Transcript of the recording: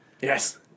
Yes